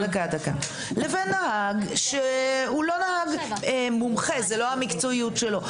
לבין נהג שהוא לא נהג מומחה, זה לא המקצועיות שלו.